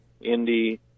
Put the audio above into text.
Indy